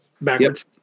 backwards